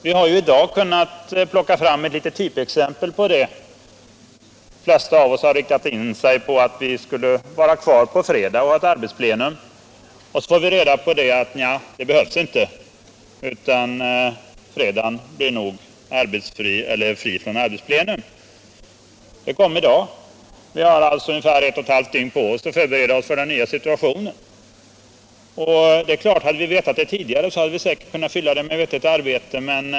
Vi har i dag kunnat plocka fram ett litet typexempel. De flesta av oss har riktat in sig på att vi måste vara kvar på fredag för ett arbetsplenum. Så får vi reda på att fredagen blir fri från arbetsplenum. Det beskedet kom i dag. Vi har alltså ungefär ett och ett halvt dygn på oss att förbereda oss för den nya situationen. Hade vi vetat om det tidigare, så hade vi säkert kunnat använda tiden till vettigt arbete.